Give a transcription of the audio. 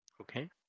Okay